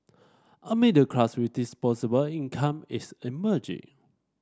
a middle class with disposable income is emerging